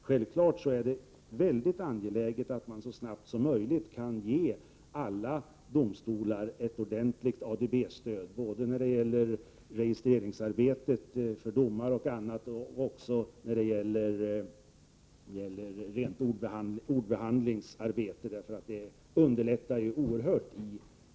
Självfallet är det väldigt angeläget att man i stället så snabbt som möjligt kan ge alla domstolar ett ordentligt ADB-stöd, både när det gäller t.ex. registreringsarbetet för domare och när det gäller ordbehandlingsarbetet. Det skulle ju underlätta processen oerhört mycket.